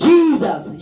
Jesus